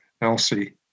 Elsie